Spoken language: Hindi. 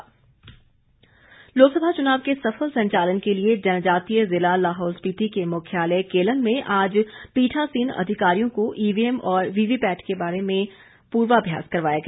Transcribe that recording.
पूर्वाभ्यास लोकसभा चुनाव के सफल संचालन के लिए जनजातीय जिला लाहौल स्पीति के मुख्यालय केलंग में आज पीठासीन अधिकारियों को ईवीएम और वीवीपैट के बारे में पूर्वाभ्यास करवाया गया